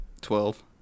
Twelve